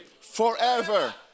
forever